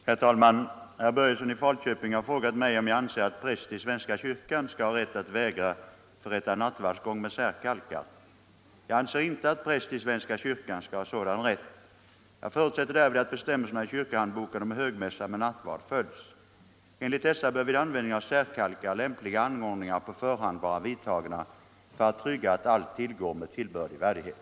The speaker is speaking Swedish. Herr talman! Herr Börjesson i Falköping har frågat mig om jag anser att präst i svenska kyrkan skall ha rätt att vägra förrätta nattvardsgång med särkalkar. Jag anser inte att präst i svenska kyrkan skall ha sådan rätt. Jag förutsätter därvid att bestämmelserna i kyrkohandboken om högmässa med nattvard följs. Enligt dessa bör vid användning av särkalkar lämpliga anordningar på förhand vara vidtagna för att trygga att allt tillgår med tillbörlig värdighet.